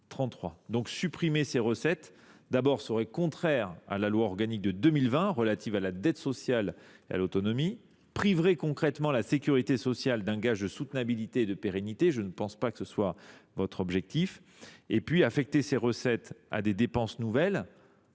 2033. Supprimer ces recettes serait contraire à la loi organique de 2020 relative à la dette sociale et à l’autonomie et priverait concrètement la sécurité sociale d’un gage de soutenabilité et de pérennité ; je ne pense pas que cela soit votre objectif. Par ailleurs, affecter ces recettes à des dépenses nouvelles